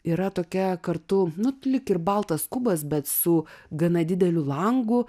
yra tokia kartu nu lyg ir baltas kubas bet su gana dideliu langu